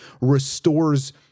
restores